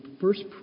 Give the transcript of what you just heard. first